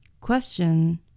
Question